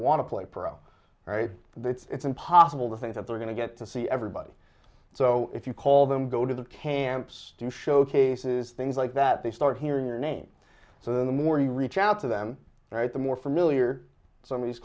want to play pro right it's impossible to think that they're going to get to see everybody so if you call them go to the camps do showcases things like that they start hearing your name so the more you reach out to them right the more familiar some